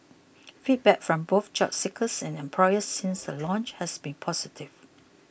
feedback from both job seekers and employers since the launch has been positive